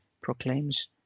proclaims